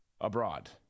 abroad